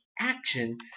action